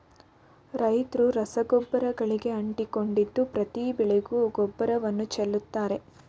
ರೈತ್ರು ರಸಗೊಬ್ಬರಗಳಿಗೆ ಅಂಟಿಕೊಂಡಿದ್ದು ಪ್ರತಿ ಬೆಳೆಗೂ ಗೊಬ್ಬರವನ್ನು ಚೆಲ್ಲುತ್ತಾರೆ